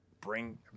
bring